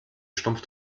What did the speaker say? stumpf